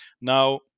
Now